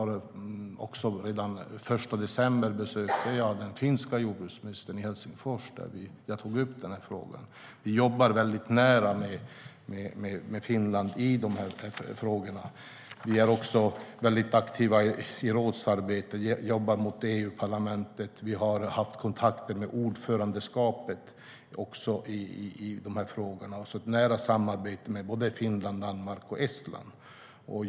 Redan den 1 december besökte jag den finska jordbruksministern i Helsingfors där jag tog upp frågan. Vi jobbar väldigt nära med Finland i de här frågorna. Vi är också väldigt aktiva i rådsarbetet och jobbar mot EU-parlamentet. Vi har haft kontakter med ordförandeskapet i dessa frågor. Det finns ett nära samarbete med både Finland, Danmark och Estland.